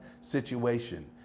situation